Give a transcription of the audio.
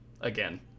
again